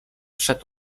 przed